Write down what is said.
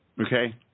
Okay